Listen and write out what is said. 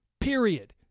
Period